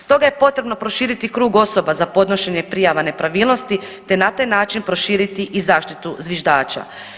Stoga je potrebno proširiti krug osoba za podnošenje prijava nepravilnosti te na taj način proširiti i zaštitu zviždača.